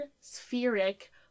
spheric